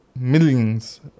millions